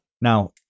now